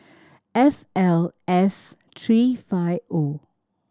F L S three five O